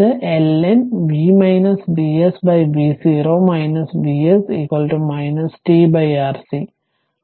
ഇത് l n v Vs v0 Vs t Rc